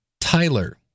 Tyler